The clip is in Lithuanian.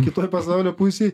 kitoj pasaulio pusėj